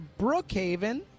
Brookhaven